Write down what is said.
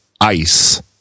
ice